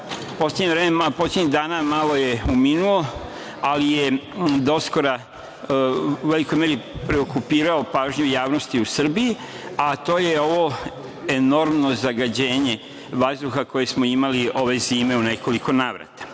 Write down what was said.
poslednjih dana, malo je uminuo, ali je doskora, u velikoj meri preokupirao pažnju javnosti u Srbiji, a to je ovo enormno zagađenje vazduha koje smo imali ove zime u nekoliko navrata.